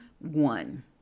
one